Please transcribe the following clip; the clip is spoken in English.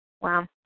wow